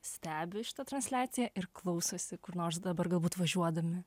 stebi šitą transliaciją ir klausosi kur nors dabar galbūt važiuodami